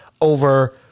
Over